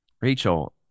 Rachel